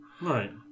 Right